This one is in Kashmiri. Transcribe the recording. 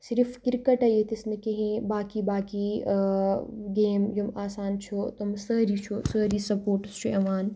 صرف کِرکَٹَے ییٚتِس نہٕ کِہیٖنۍ باقٕے باقٕے گیم یِم آسان چھُ تِم سٲری چھُ سٲری سَپوٹٕس چھُ یِوان